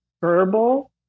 verbal